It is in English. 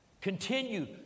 Continue